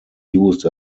used